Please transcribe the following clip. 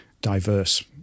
diverse